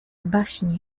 baśń